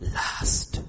last